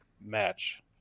match